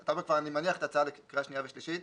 ואני כבר מניח את ההצעה לקריאה שנייה ושלישית.